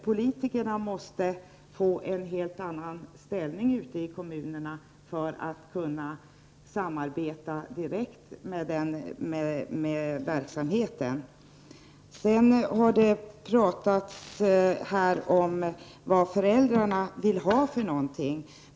Politikerna måste få en helt annan ställning ute i kommunerna för att kunna samarbeta direkt med verksamheten. Sedan har det här pratats om vad föräldrarna vill ha.